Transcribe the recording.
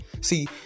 See